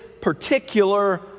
particular